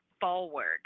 forward